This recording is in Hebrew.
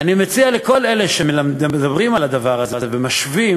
אני מציע לכל אלה שמדברים על הדבר הזה ומשווים,